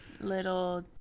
little